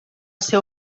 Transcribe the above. seu